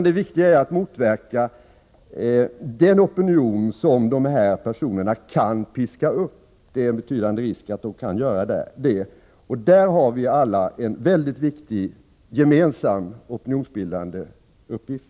Det viktiga är att motverka den opinion som det är en betydande risk att dessa personer kan piska upp. Där har vi alla gemensamt en väldigt viktig opinionsbildande uppgift.